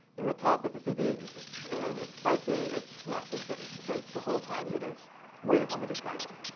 in the top is the cpu usage. and it's spiky. it's not sustained because the whole time it is waiting on the disk i o.